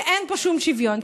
זה שאין פה שום שוויון,